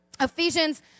Ephesians